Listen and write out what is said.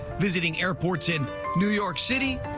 visiting airports in new york city,